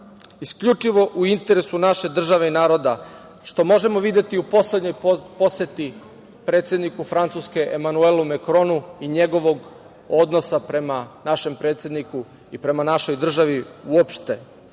isključivo u interesu naše države i naroda, što možemo videti po poslednjoj poseti predsedniku Francuske, Emanuelu Makronu, i njegovog odnosa prema našem predsedniku i prema našoj državi uopšte,